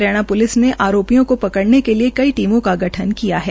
Haryana police ने आरोपियों को पकडऩे के लिए कई टीमों का गठन किया है